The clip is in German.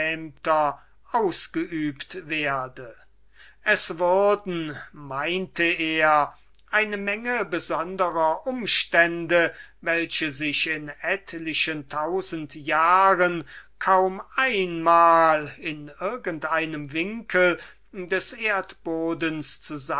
ausgeübt werde es würden meinte er eine menge besonderer umstände welche sich in etlichen tausend jahren kaum einmal in irgend einem winkel des erdbodens